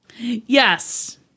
Yes